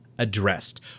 Addressed